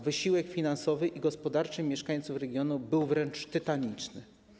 Wysiłek finansowy i gospodarczy mieszkańców regionu był wręcz tytaniczny.